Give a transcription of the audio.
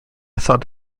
thought